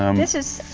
um this is,